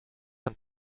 een